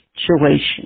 situation